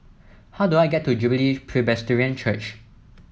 how do I get to Jubilee Presbyterian Church